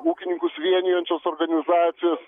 ūkininkus vienijančios organizacijos